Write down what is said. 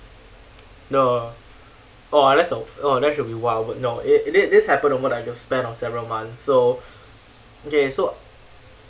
no oh unless uh oh that should be wild but no it this this happen over like the span of several months so okay so